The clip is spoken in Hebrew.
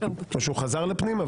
או שהוא חזר לפנים.